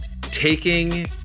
taking